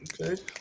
Okay